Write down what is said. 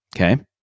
okay